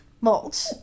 Mulch